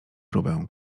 próbę